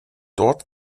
dort